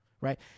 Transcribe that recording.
right